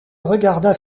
regarda